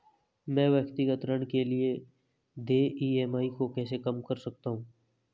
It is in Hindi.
मैं व्यक्तिगत ऋण के लिए देय ई.एम.आई को कैसे कम कर सकता हूँ?